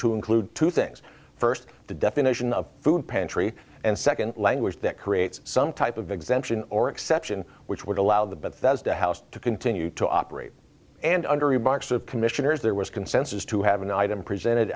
to include two things first the definition of food pantry and second language that creates some type of exemption or exception which would allow the bethesda house to continue to operate and under a box of commissioners there was consensus to have an item presented